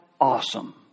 awesome